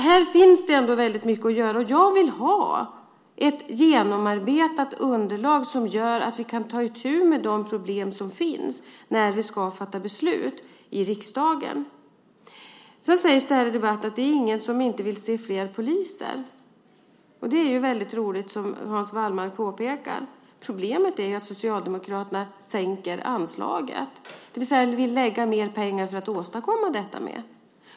Här finns det ändå väldigt mycket att göra, och jag vill ha ett genomarbetat underlag som gör att vi kan ta itu med de problem som finns när vi ska fatta beslut i riksdagen. Sedan sägs det här i debatten att det inte är någon som inte vill se fler poliser. Och det är ju väldigt roligt, som Hans Wallmark påpekar. Problemet är att Socialdemokraterna sänker anslaget, det vill säga vill lägga mindre pengar för att åstadkomma detta.